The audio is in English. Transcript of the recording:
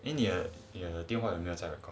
eh 你的你的电话有没有在 record